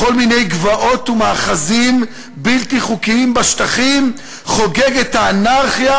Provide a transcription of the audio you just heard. בכל מיני גבעות ומאחזים בלתי חוקיים בשטחים חוגגת האנרכיה,